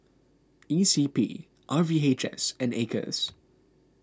E C P R V H S and Acres